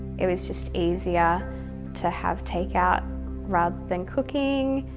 it was just easier to have takeout rather than cooking.